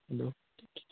hello